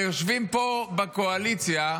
הרי יושבים פה, בקואליציה,